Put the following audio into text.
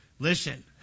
Listen